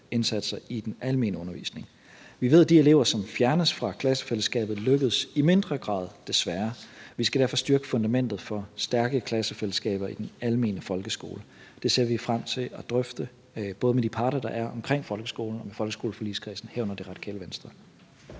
indsatser i den almene undervisning. Vi ved, at de elever, som fjernes fra klassefællesskabet, lykkes i mindre grad – desværre. Vi skal derfor styrke fundamentet for stærke klassefællesskaber i den almene folkeskole. Det ser vi frem til at drøfte både med de parter, der er omkring folkeskolen, og med folkeskoleforligskredsen, herunder Radikale Venstre.